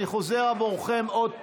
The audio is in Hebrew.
אני חוזר עבורכם עוד פעם: